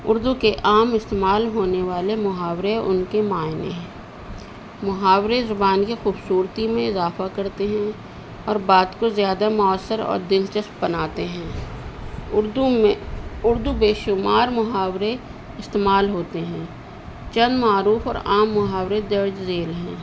اردو کے عام استعمال ہونے والے محاورے ان کے معائنے ہیں محاورے زبان کی خوبصورتی میں اضافہ کرتے ہیں اور بات کو زیادہ مؤثر اور دلچسپ بناتے ہیں اردو میں اردو بے شمار محاورے استعمال ہوتے ہیں چند معروف اور عام محاورے درجذیل ہیں